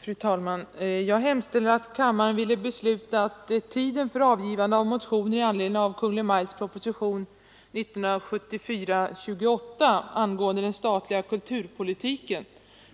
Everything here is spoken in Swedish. Fru talman! Jag hemställer att kammaren ville besluta att tiden för avgivande av motioner i anledning av Kungl. Maj:ts proposition 1974:28 angående den statliga kulturpolitiken